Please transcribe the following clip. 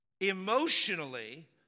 emotionally